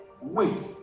wait